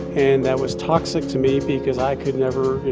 and that was toxic to me because i could never, you